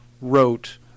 wrote